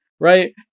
Right